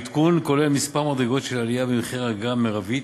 העדכון כולל כמה מדרגות של עלייה במחיר האגרה המרבי,